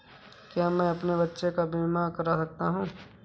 क्या मैं अपने बच्चों का बीमा करा सकता हूँ?